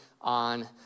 on